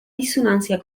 dissonància